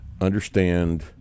understand